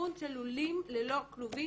לכיוון של לולים ללא כלובים.